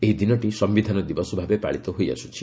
ଏହି ଦିନଟି ସିୟିଧାନ ଦିବସ ଭାବେ ପାଳିତ ହୋଇଆସୁଛି